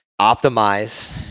optimize